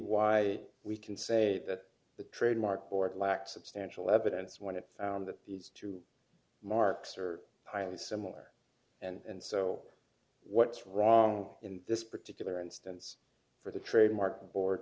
why we can say that the trademark board lacked substantial evidence when it found that these two marks are highly similar and so what's wrong in this particular instance for the trademark